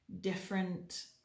different